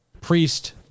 priest